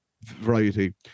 variety